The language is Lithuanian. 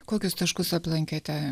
kokius taškus aplankėte